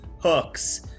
hooks